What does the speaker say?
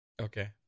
Okay